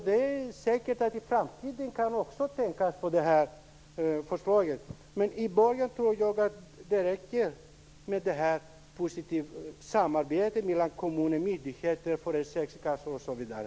Det här förslaget kan man säkert tänka på i framtiden, men i början tror jag att det räcker med ett positivt samarbete mellan kommuner, myndigheter, försäkringskassor osv.